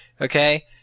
Okay